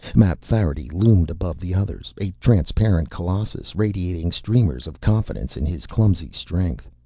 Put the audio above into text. mapfarity loomed above the others, a transparent colossus radiating streamers of confidence in his clumsy strength.